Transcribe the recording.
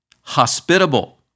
hospitable